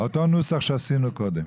נוסח שאמרנו קודם.